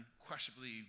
unquestionably